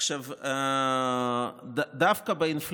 שר המים.